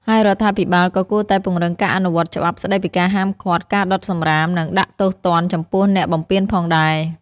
ហើយរដ្ឋាភិបាលក៏គួរតែពង្រឹងការអនុវត្តច្បាប់ស្តីពីការហាមឃាត់ការដុតសំរាម និងដាក់ទោសទណ្ឌចំពោះអ្នកបំពានផងដែរ។